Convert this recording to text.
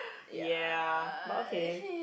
ya but okay